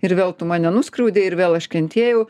ir vėl tu mane nuskriaudei ir vėl aš kentėjau